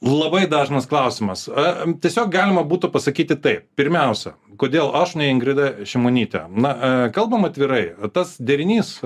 labai dažnas klausimas a tiesiog galima būtų pasakyti taip pirmiausia kodėl aš ne ingrida šimonytė na kalbam atvirai tas derinys